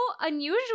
unusual